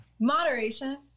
moderation